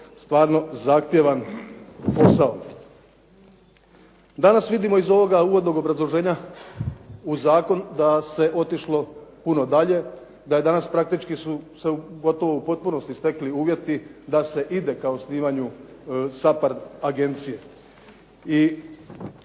stvarno zahtjevan posao. Danas vidimo iz ovoga uvodnog obrazloženja uz zakon da se otišlo puno dalje, da danas praktički su se gotovo u potpunosti stekli uvjeti da se ide ka osnivanju SAPARD agencije